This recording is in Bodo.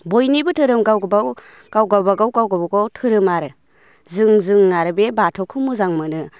बयनिबो धोरोम गावबागाव गाव गाबागाव गाव गाबागाव धोरोम आरो जों जों आरो बे बाथौखौ मोजां मोनो